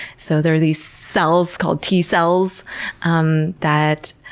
so there are these cells called t-cells um that,